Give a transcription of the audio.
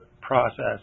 process